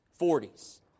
40s